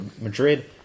Madrid